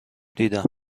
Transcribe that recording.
دیدم